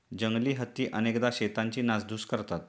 जंगली हत्ती अनेकदा शेतांची नासधूस करतात